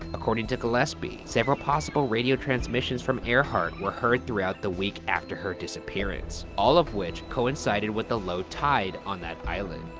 according to gillespie, several possible radio transmissions from earhart were heard throughout the week after her disappearance, all of which coincided with the low tide on that island,